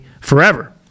forever